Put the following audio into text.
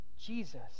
Jesus